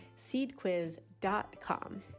Seedquiz.com